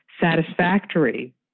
satisfactory